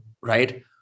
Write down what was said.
right